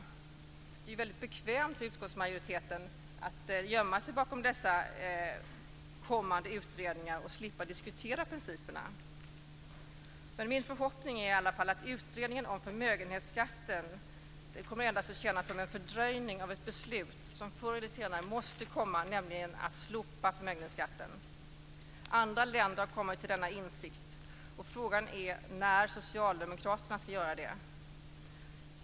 Det är väldigt bekvämt för utskottsmajoriteten att gömma sig bakom dessa kommande utredningar för att slippa diskutera principerna. Men min förhoppning är att utredningen om förmögenhetsskatten enbart kommer att tjäna som en fördröjning av ett beslut som förr eller senare måste komma, nämligen att slopa förmögenhetsskatten. Andra länder har kommit till denna insikt, och frågan är när Socialdemokraterna kommer att göra det.